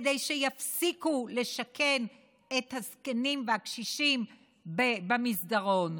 כדי שיפסיקו לשכן את הזקנים והקשישים במסדרון.